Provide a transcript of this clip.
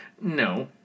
No